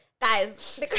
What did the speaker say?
Guys